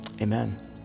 amen